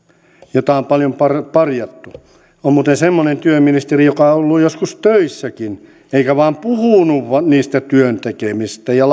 jota on paljon parjattu on muuten semmoinen työministeri joka on ollut joskus töissäkin eikä vain puhunut työn tekemisestä ja